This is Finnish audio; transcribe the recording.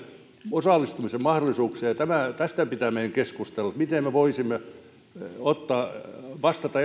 osallistumisen mahdollisuuksia tästä pitää meidän keskustella miten me voisimme vastata